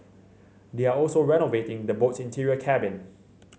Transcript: they are also renovating the boat's interior cabin